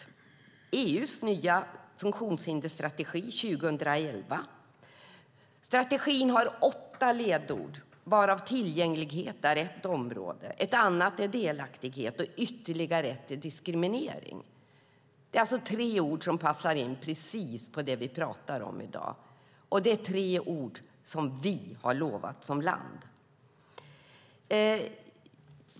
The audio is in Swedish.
Vi har EU:s nya funktionshinderstrategi 2011. Strategin har åtta ledord, varav tillgänglighet är ett, ett annat är delaktighet och ytterligare ett är diskriminering. Det är alltså tre ord som passar in precis på det som vi pratar om i dag. Det är tre ord som vi har lovat som land.